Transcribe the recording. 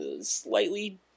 slightly